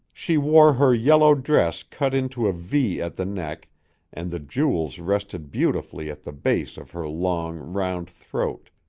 she wore her yellow dress cut into a v at the neck and the jewels rested beautifully at the base of her long, round throat,